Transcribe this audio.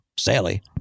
Sally